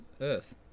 earth